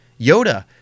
Yoda